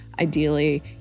ideally